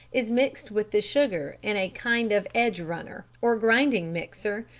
is mixed with the sugar in a kind of edge-runner or grinding-mixer,